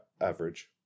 average